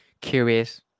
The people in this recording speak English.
curious